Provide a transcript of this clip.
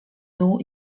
dół